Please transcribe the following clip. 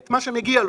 את מה שמגיע לו